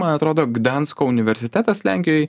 man atrodo gdansko universitetas lenkijoj